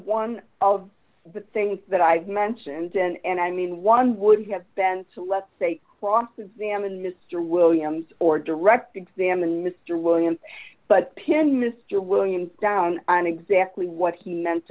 one of the things that i've mentioned and i mean one would have been to let's say cross examine mr williams or direct exam and mr williams but pinned mr williams down on exactly what he meant